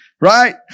right